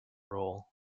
role